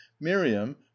miriam